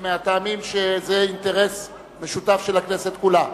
מהטעם שזה אינטרס משותף של הכנסת כולה.